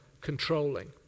controlling